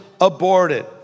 aborted